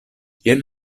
jen